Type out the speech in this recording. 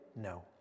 No